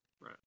Right